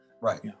right